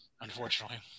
Unfortunately